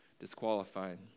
disqualified